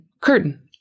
curtain